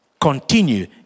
Continue